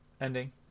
ending